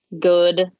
good